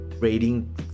rating